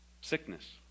sickness